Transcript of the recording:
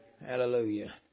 Hallelujah